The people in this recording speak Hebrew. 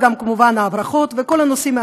אנחנו קוראים לזה כמובן נשק של ארגון טרור.